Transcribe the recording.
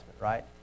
right